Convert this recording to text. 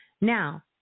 Now